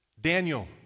Daniel